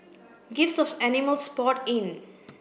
gifts of animals poured in